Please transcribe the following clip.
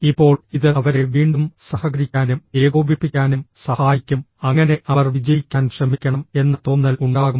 ഇപ്പോൾ ഇത് അവരെ വീണ്ടും സഹകരിക്കാനും ഏകോപിപ്പിക്കാനും സഹായിക്കും അങ്ങനെ അവർ വിജയിക്കാൻ ശ്രമിക്കണം എന്ന തോന്നൽ ഉണ്ടാകും